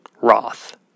Roth